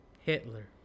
Hitler